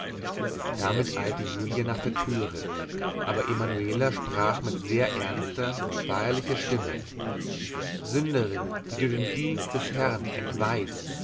damit eilte julia nach der türe aber emanuela sprach mit sehr ernster feierlicher stimme sünderin die du den dienst des herrn entweihst